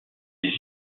des